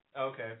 Okay